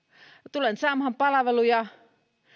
tulen saamaan palveluja